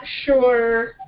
sure